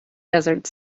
desert